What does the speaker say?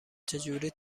چجوری